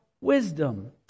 wisdom